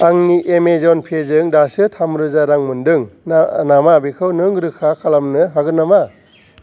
आंनि एमेजन पे जों दासो थामरोजा रां मोनदों नामा बेखौ नों रोखा खालामनो हागोन नामा